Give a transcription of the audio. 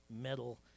metal